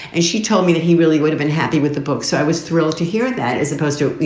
and she told me that he really would have been happy with the book. so i was thrilled to hear that as opposed to, you